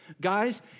Guys